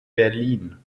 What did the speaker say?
berlin